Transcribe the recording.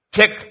Check